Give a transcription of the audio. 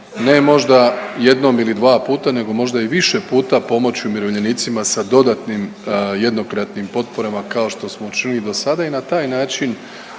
ne možda jednom ili dva puta nego možda i više puta pomoći umirovljenicima sa dodatnim jednokratnim potporama kao što smo učinili i do sada. I na taj način